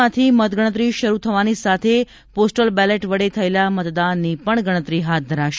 માંથી મતગણતરી શરૂ થવાની સાથે પોસ્ટલ બેલેટ વડે થયેલા મતદાનની પણ ગણતરી હાથ ધરાશે